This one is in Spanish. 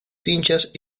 cinchas